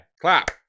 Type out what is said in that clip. Clap